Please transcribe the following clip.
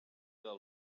del